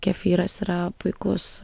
kefyras yra puikus